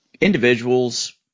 individuals